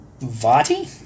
Vati